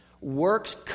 Works